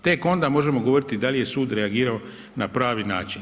Tek onda možemo govoriti da li je sud reagirao na pravi način.